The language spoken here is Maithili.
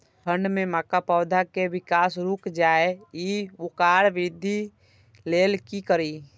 ठंढ में मक्का पौधा के विकास रूक जाय इ वोकर वृद्धि लेल कि करी?